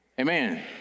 Amen